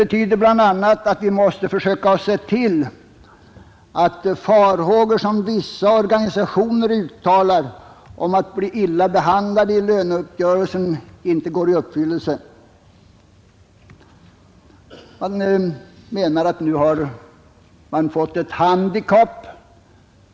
Men vi måste försöka se till att de farhågor som parterna uttalar för att bli illa behandlade i löneuppgörelsen inte går i uppfyllelse. Man menar att man nu har fått ett handikapp.